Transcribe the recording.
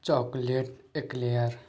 chocolate eclair